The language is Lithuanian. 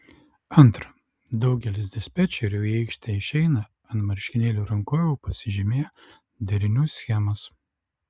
antra daugelis dispečerių į aikštę išeina ant marškinėlių rankovių pasižymėję derinių schemas